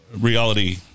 reality